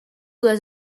les